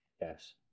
Yes